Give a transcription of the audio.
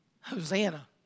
Hosanna